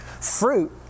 Fruit